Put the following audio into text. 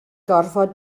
gorfod